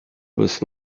was